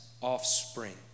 offspring